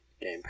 Game